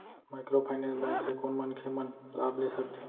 Microfinance bank से कोन मनखे मन लाभ ले सकथे?